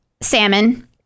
Salmon